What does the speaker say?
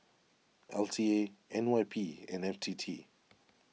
L T A N Y P and F T T